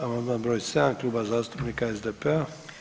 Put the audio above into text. Amandman broj 7. Kluba zastupnika SDP-a.